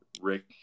Rick